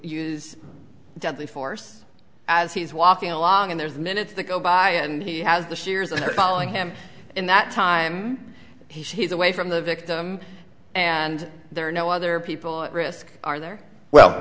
deadly force as he's walking along and there's minutes that go by and he has the sears and following him in that time he's away from the victim and there are no other people at risk are there well